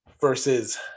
versus